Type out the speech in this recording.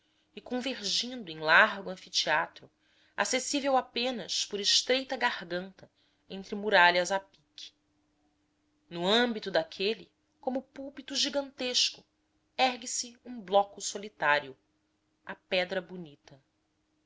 e convergindo em largo anfiteatro acessível apenas por estreita garganta entre muralhas a pique no âmbito daquele como púlpito gigantesco ergue-se um bloco solitário a pedra bonita